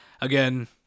again